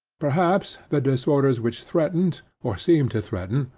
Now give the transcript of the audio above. perhaps the disorders which threatened, or seemed to threaten,